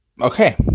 Okay